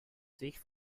sich